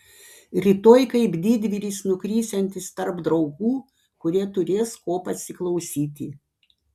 rytoj kaip didvyris nukrisiantis tarp draugų kurie turės ko pasiklausyti